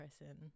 person